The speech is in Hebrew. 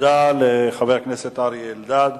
תודה לחבר הכנסת אריה אלדד.